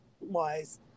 wise